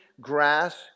grass